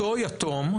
אותו יתום,